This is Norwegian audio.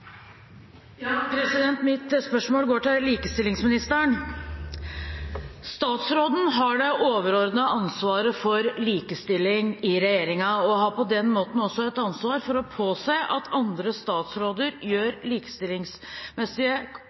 Mitt spørsmål går til likestillingsministeren. Statsråden har det overordnede ansvaret for likestilling i regjeringen og har på den måten også et ansvar for å påse at andre statsråder gjør likestillingsmessige